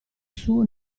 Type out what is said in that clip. suo